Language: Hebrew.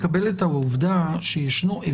בקיאים מספיק אבל צריך גם לקבל את העובדה שיש הבדל